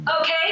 Okay